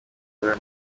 rya